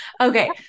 Okay